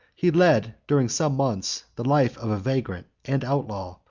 he led, during some months, the life of a vagrant and outlaw,